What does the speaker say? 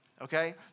okay